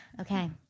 Okay